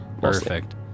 Perfect